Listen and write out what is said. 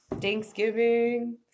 Thanksgiving